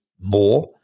more